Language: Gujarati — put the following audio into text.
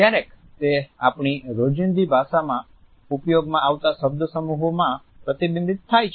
ક્યારેક તે આપણી રોજીંદી ભાષામાં ઉપયોગમાં આવતા શબ્દસમૂહોમા પ્રતિબિંબિત થાય છે